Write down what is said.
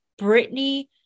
Britney